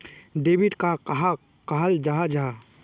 Debit card कहाक कहाल जाहा जाहा?